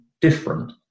different